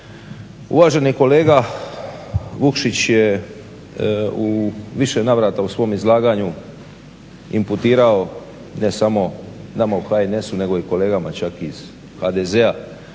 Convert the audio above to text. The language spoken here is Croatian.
Uvaženi kolega Vukšić je u više navrata u svom izlaganju imputirao ne samo nama u HNS-u nego i kolegama čak iz HDZ-a